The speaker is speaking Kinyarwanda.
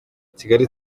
kigali